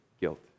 guilt